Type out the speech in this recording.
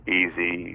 easy